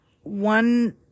one